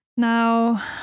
Now